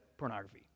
pornography